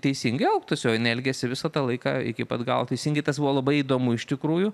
teisingai elgtųsi o jinai elgėsi visą tą laiką iki pat galo teisingai tas buvo labai įdomu iš tikrųjų